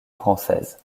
française